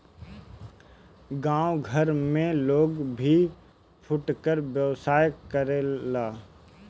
गांव घर में लोग भी फुटकर व्यवसाय करेला